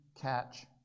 catch